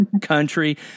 country